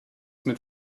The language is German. mit